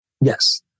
Yes